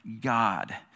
God